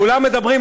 כולם דיברו על זה.